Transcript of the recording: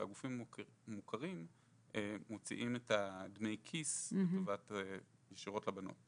והגופים המוכרים מוציאים את דמי הכיס ישירות לבנות.